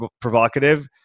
provocative